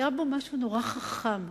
היה בו משהו נורא חכם,